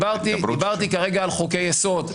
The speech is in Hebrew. דיברתי כרגע על חוקי יסוד.